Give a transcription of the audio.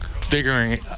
figuring